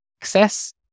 access